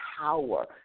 power